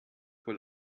wohl